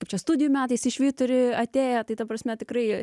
kaip čia studijų metais į švyturį atėję tai ta prasme tikrai